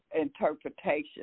interpretation